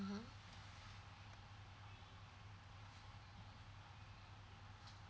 mm